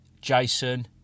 Jason